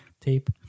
tape